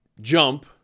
jump